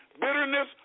bitterness